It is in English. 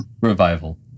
revival